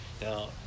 now